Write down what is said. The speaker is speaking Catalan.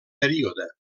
període